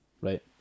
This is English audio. Right